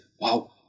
Wow